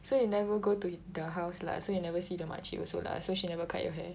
so you never go to the house lah so you never see the makcik also lah so she never cut your hair